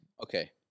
okay